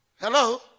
hello